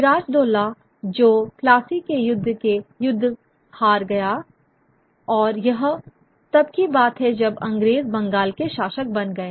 सिराज डोला जो प्लासी के युद्ध में युद्ध हार गया और यह तब की बात है जब अंग्रेज बंगाल के शासक बन गए